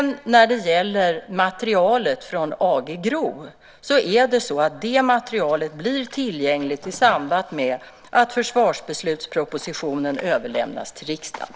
När det gäller materialet från AG GRO blir det materialet tillgängligt i samband med att försvarsbeslutspropositionen överlämnas till riksdagen.